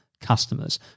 customers